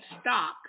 stock